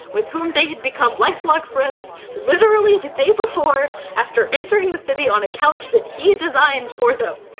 with whom they had become lifelong friends literally the day before, after entering the city on a couch that he designed for them.